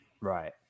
Right